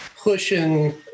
pushing